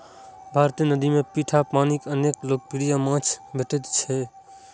भारतीय नदी मे मीठा पानिक अनेक लोकप्रिय माछ भेटैत छैक